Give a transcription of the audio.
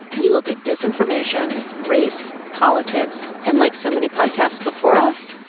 we look at disinformation, race, politics and like so many podcasts before us,